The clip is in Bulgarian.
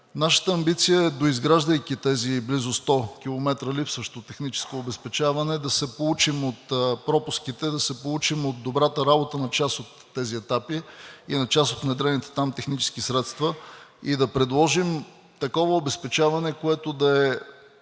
Нашата амбиция е, доизграждайки тези близо 100 км липсващо техническо обезпечаване, да се поучим от пропуските, да се поучим от добрата работа на част от тези етапи и на част от внедрените там технически средства и да предложим такова обезпечаване, което да е